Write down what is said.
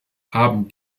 haben